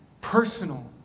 personal